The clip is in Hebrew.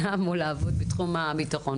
לעבוד בתחום הביטחון,